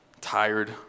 tired